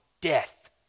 death